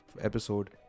episode